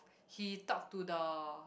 he talked to the